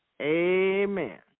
Amen